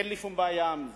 אין לי שום בעיה עם זה,